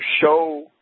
show